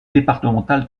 départementale